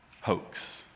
hoax